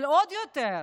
אבל עוד יותר.